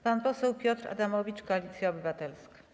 Pan poseł Piotr Adamowicz, Koalicja Obywatelska.